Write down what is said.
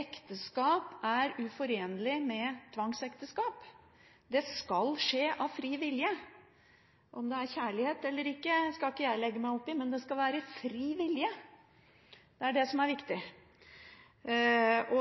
Ekteskap er uforenlig med tvangsekteskap. Det skal skje av fri vilje. Om det er kjærlighet eller ikke, skal ikke jeg legge meg opp i, men det skal være av fri vilje, det er det som er viktig.